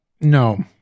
No